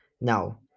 Now